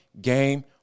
game